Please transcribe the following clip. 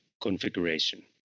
configuration